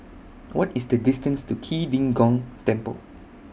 What IS The distance to Key De Gong Temple